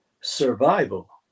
survival